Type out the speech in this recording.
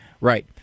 Right